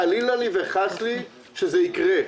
חלילה לי וחס לי שזה יקרה,